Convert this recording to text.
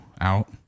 out